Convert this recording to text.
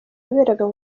yaberaga